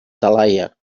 talaia